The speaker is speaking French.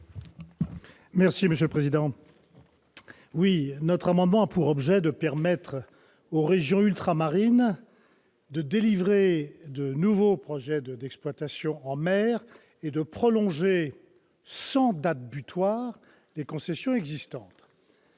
est à M. Ladislas Poniatowski. Cet amendement a pour objet de permettre aux régions ultramarines de délivrer de nouveaux permis d'exploitation en mer et de prolonger sans date butoir les concessions existantes.